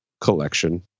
collection